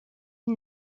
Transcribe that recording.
une